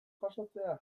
jasotzea